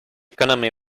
economy